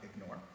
ignore